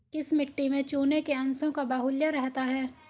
किस मिट्टी में चूने के अंशों का बाहुल्य रहता है?